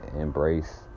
embrace